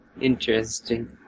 Interesting